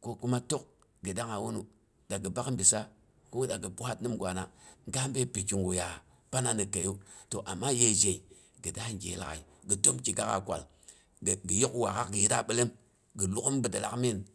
ko kuma tək gi dangnga a wuna da gi bak bissa ko dagi bwaat ningwana ga bəi pi kigu ya pana ni kəiyu. To amma ye zhe gi daa gyeye lag'ai gi təm kigaak'a karal. gi yok waak'aak gi yitra bilom ai gin kaar pyok'a